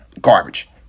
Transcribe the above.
garbage